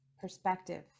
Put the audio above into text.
perspective